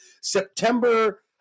September